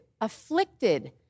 afflicted